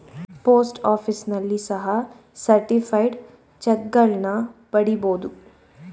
post ಆಫೀಸ್ನಲ್ಲಿ ಸಹ certified ಚಕ್ಗಳನ್ನ ಪಡಿಬೋದು